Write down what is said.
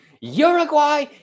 Uruguay